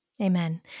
Amen